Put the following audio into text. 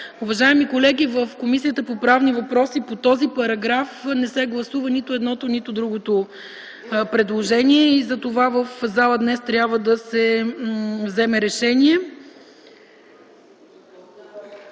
Уважаеми колеги, в Комисията по правни въпроси по този параграф не се гласува нито едното, нито другото предложение и затова трябва да вземем решение